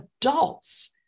adults